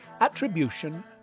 attribution